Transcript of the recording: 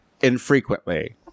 infrequently